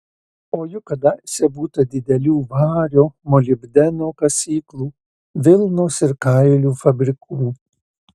o juk kadaise būta didelių vario molibdeno kasyklų vilnos ir kailių fabrikų